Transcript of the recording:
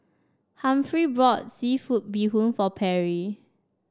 Humphrey bought seafood Bee Hoon for Perry